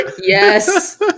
Yes